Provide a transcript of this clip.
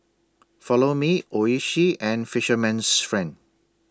Follow Me Oishi and Fisherman's Friend